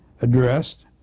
addressed